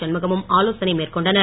சண்முகமும் ஆலோசனை மேற்கொண்டனர்